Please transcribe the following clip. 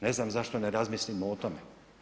Ne znam zašto ne razmislimo o tome.